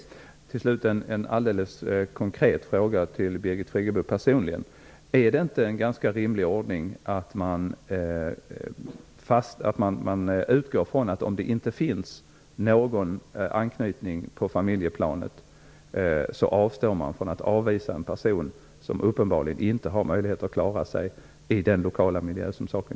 Fru talman! Till slut har jag en alldeles konkret fråga till Birgit Friggebo personligen. Är det inte en rimlig ordning att man utgår från att om det inte finns någon anknytning på familjeplanet, att man avstår från att avvisa en person som uppenbarligen inte har möjlighet att klara sig i den lokala miljön?